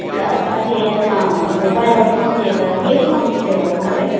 त असांखे ऐ न मोबाइल वठिणो हुजे त कहिॾी कपंनी जो वठिणो पए